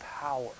power